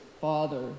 father